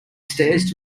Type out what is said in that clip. stairs